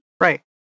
Right